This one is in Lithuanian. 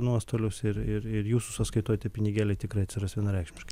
nuostolius ir ir ir jūsų sąskaitoj pinigėliai tikrai atsiras vienareikšmiškai